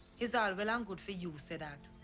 is all well and good for you say that.